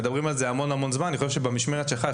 אני חושב שבמשמרת שלך,